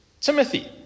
Timothy